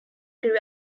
grew